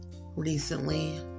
recently